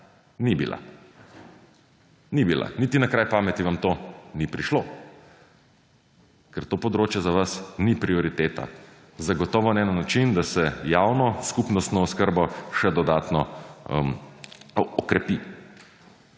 izpeljana, ni bila. Niti na kraj pameti vam to ni prišlo, ker to področje za vas ni prioriteta zagotovo ne na način, da se javno s skupnostno oskrbo še dodatno okrepi.